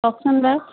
কওকচোন বাৰু